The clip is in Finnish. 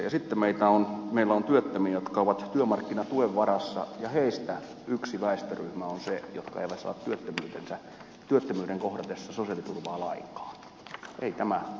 ja sitten meillä on työttömiä jotka ovat työmarkkinatuen varassa ja heistä yksi väestöryhmä on se joka ei saa työttömyyden kohdatessa sosiaaliturvaa lainkaan